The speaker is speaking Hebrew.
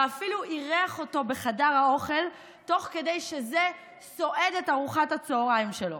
ואפילו אירח אותו בחדר האוכל תוך כדי שזה סועד את ארוחת הצוהריים שלו.